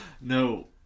No